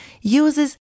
uses